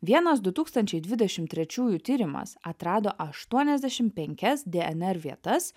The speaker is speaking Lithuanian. vienas du tūkstančiai dvidešimt trečiųjų tyrimas atrado aštuoniasdešim penkias dnr vietas